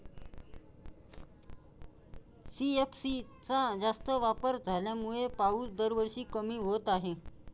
CFC चा जास्त वापर झाल्यामुळे पाऊस दरवर्षी कमी होत आहे